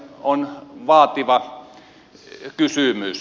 on vaativa kysymys